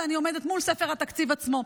ואני עומדת מול ספר התקציב עצמו,